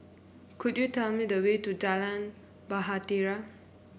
could you tell me the way to Jalan Bahtera